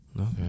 Okay